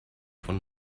von